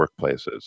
workplaces